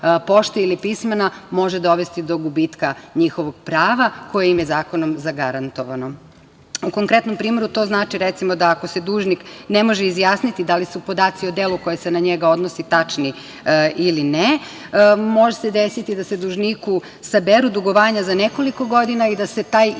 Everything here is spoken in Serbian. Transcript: pošte ili pismena može dovesti do gubitka njihovog prava koji im je zakonom zagarantovano.U konkretnom primeru, to znači, recimo, da ako se dužnik ne može izjasniti da li su podaci o delu koji se na njega odnosi tačni ili ne, može se desiti da se dužniku saberu dugovanja za nekoliko godina i da se taj iznos